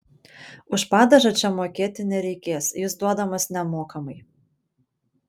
už padažą čia mokėti nereikės jis duodamas nemokamai